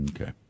Okay